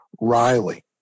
Riley